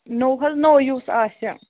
نوٚو حظ نوٚو یُس آسہِ